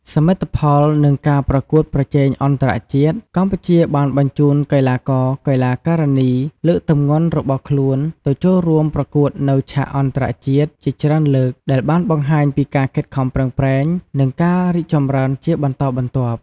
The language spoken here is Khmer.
សមិទ្ធផល និងការប្រកួតប្រជែងអន្តរជាតិ កម្ពុជាបានបញ្ជូនកីឡាករ-កីឡាការិនីលើកទម្ងន់របស់ខ្លួនទៅចូលរួមប្រកួតនៅឆាកអន្តរជាតិជាច្រើនលើក ដែលបានបង្ហាញពីការខិតខំប្រឹងប្រែង និងការរីកចម្រើនជាបន្តបន្ទាប់។